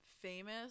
famous